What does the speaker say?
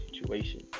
situation